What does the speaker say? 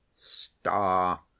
star